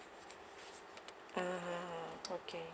ah ah ah okay